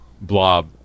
blob